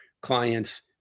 clients